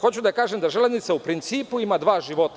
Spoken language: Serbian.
Hoću da kažem da železnice u principu imaju dva života.